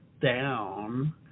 down